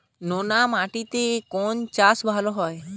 নোনা মাটিতে কোন চাষ ভালো হয়?